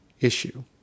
issue